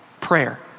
prayer